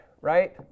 right